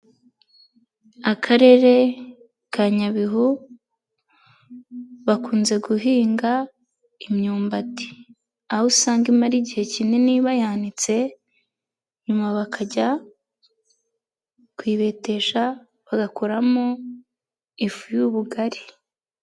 Akarere ka Nyabihu bakunze guhinga imyumbati. Aho usanga imara igihe kinini bayanitse, nyuma bakajya kuyibetesha, bagakuramo ifu y'ubugari.